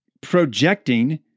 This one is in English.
projecting